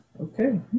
Okay